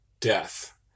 death